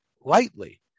lightly